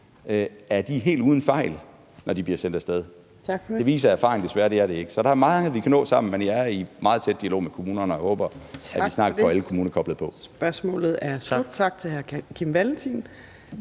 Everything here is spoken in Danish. er helt uden fejl, når de bliver sendt af sted. Det viser erfaringen desværre at de ikke er. Så der er meget, vi kan nå sammen, men jeg er i meget tæt dialog med kommunerne, og jeg håber, at vi snart får alle kommuner koblet på. Kl.